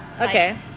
Okay